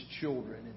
children